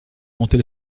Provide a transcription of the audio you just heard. monter